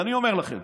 אני אומר לכם,